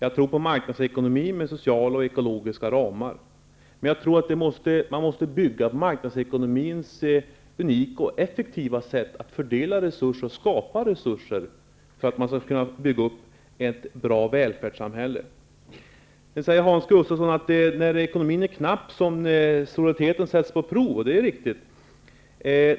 Jag tror på en marknadsekonomi med sociala och ekologiska ramar. Men jag tror att man måste bygga på marknadsekonomins unika och effektiva sätt att fördela resurser och skapa resurser, för att man skall kunna bygga upp ett bra välfärdssamhälle. Hans Gustafsson sade att det är när resurserna är knappa som solidariteten sätts på prov. Det är riktigt.